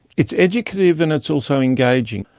it's educative and it's also engaging.